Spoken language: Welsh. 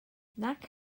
nac